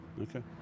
Okay